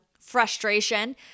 frustration